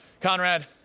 Conrad